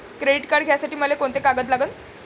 Credit card घ्यासाठी मले कोंते कागद लागन?